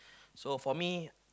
so for me